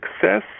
success